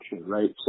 right